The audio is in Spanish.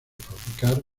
fabricar